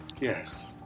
yes